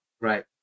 right